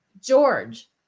George